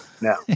No